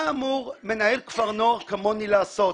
מה אמור מנהל כפר נוער כמוני לעשות?